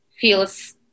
feels